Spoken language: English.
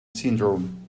syndrome